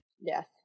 Yes